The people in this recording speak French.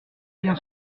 bien